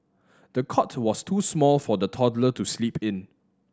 the cot was too small for the toddler to sleep in